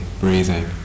breathing